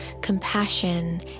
compassion